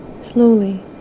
Slowly